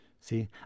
See